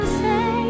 say